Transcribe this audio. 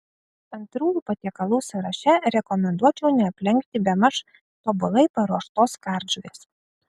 antrųjų patiekalų sąraše rekomenduočiau neaplenkti bemaž tobulai paruoštos kardžuvės